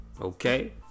Okay